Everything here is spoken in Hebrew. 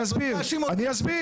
אני אסביר, אני אסביר.